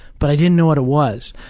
but i didn't know what it was.